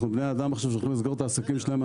אנחנו בני האדם שעכשיו הולכים לסגור את העסקים שלהם.